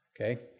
Okay